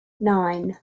nine